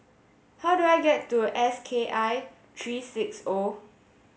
how do I get to S K I three six O